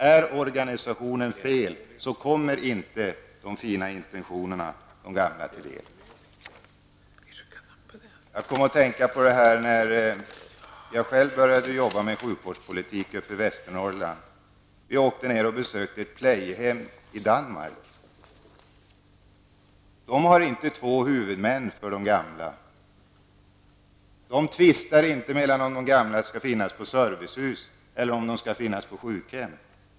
Är organisationen felaktig, kommer de fina intentionerna inte de gamla till del. Jag kom att tänka på detta när jag själv började arbeta med sjukvårdspolitik uppe i Västernorrland. Vi åkte då ned till Danmark och besökte ett s.k. plejehjem. Där har man inte två huvudmän för omsorgen om de gamla. Man tvistar där inte om huruvida de gamla skall finnas på servicehus eller på sjukhem.